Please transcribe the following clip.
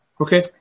Okay